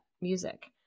music